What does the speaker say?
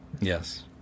Yes